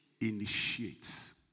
initiates